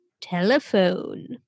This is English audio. Telephone